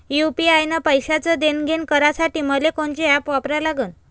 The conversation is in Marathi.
यू.पी.आय न पैशाचं देणंघेणं करासाठी मले कोनते ॲप वापरा लागन?